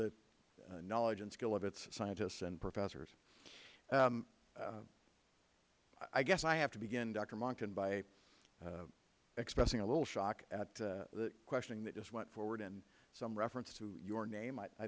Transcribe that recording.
the knowledge and skill of its scientists and professors i guess i have to begin doctor monckton by expressing a little shock at the questioning that just went forward and some reference to your name i